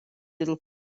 little